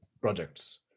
projects